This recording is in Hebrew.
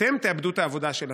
אתם תאבדו את העבודה שלכם.